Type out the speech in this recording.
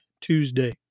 Tuesday